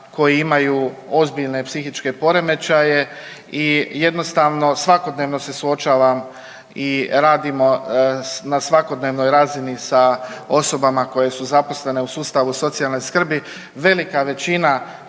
koji imaju ozbiljne psihičke poremećaje i jednostavno svakodnevno se suočavam i radimo na svakodnevnoj razini sa osobama koje su zaposlene u sustavu socijalne skrbi. Velika većina